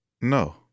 No